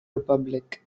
republic